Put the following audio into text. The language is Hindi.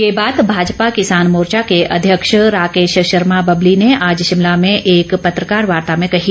ये बात भाजपा किसान मोर्चा के अध्यक्ष राकेश शर्मा बबली ने आज शिमला में एक पत्रकार वार्ता में कही